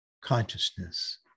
consciousness